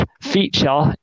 feature